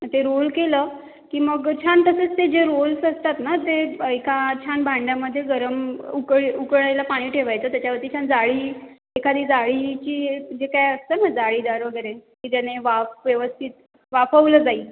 आणि ते रोल केलं की मग छान तसेच ते जे रोल्स असतात ना ते एका छान भांड्यामध्ये गरम उकळी उकळलेलं पाणी ठेवायचं त्याच्यावरती छान जाळी एखादी जाळीची जे काय असतं ना जाळीदार वगैरे की ज्याने वाफ व्यवस्थित वाफावलं जाईल